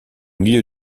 milieu